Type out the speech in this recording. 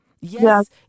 Yes